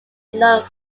known